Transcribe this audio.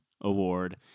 Award